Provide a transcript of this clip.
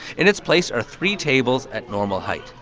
in its place are three tables at normal height.